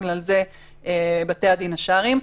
ובכלל זה בתי הדין השרעיים.